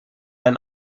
ein